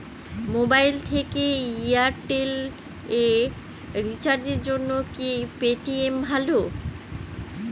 Mobile থেকে Airtel এ রিচার্জের জন্য কি পেটিএম ভালো?